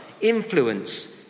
influence